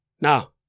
Now